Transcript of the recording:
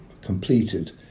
completed